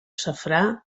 safrà